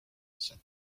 said